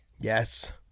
yes